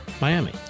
Miami